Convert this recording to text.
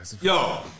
Yo